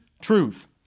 truth